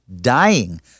dying